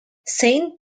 saint